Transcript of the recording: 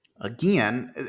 Again